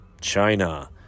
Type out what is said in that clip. China